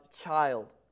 child